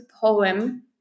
poem